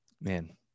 man